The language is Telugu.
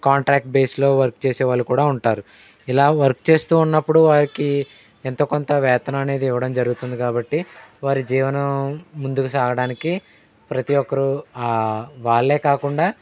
కాంట్రాక్ట్ బేస్లో వర్క్ చేసే వాళ్ళు కూడా ఉంటారు ఇలా వర్క్ చేస్తూ ఉన్నప్పుడు వారికి ఎంతో కొంత వేతనం అనేది ఇవ్వడం జరుగుతుంది కాబట్టి వారి జీవనం ముందుకు సాగడానికి ప్రతి ఒక్కరూ వాళ్ళే కాకుండా